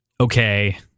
okay